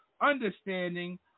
understanding